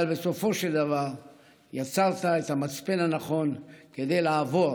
אבל בסופו של דבר יצרת את המצפן הנכון כדי לעבור